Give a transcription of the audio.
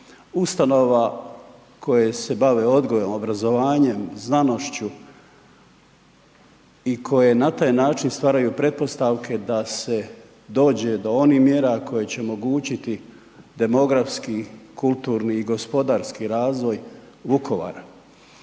Ustanova koja se bave odgojem, obrazovanjem, znanošću i koje na taj način stvaraju pretpostavke da se dođe do onih mjera koje će omogućiti demografski, kulturni i gospodarski razvoj Vukovara.